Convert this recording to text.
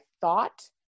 thought